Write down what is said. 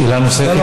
יש שאלה נוספת?